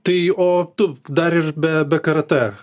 tai o tu dar ir be be karatė